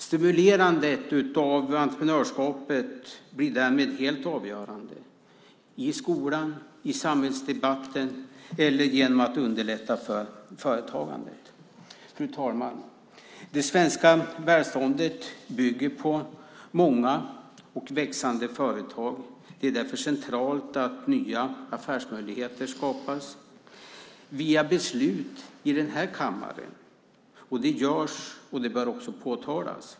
Stimulerandet av entreprenörskapet blir därmed helt avgörande i skolan, i samhällsdebatten eller genom att underlätta för företagande. Fru talman! Det svenska välståndet bygger på många och växande företag. Det är därför centralt att nya affärsmöjligheter skapas via beslut i den här kammaren. Det görs, och det bör också påtalas.